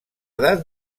edat